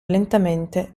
lentamente